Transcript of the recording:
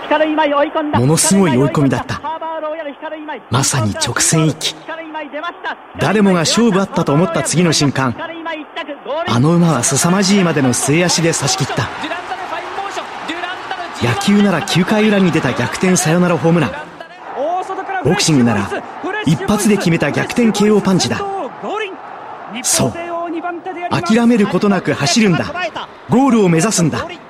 ものすごい追い込みだった。まさに直線一気。誰もが勝負あったと思った次の瞬間、あの馬は凄まじいまでの末脚で差し切った。野球なら九回裏に出た逆転サヨナラホームラン。ボクシングなら一発で決めた逆転KOパンチだ。そう。諦めることなく走るんだ。ゴールを目指すんだ。